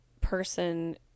person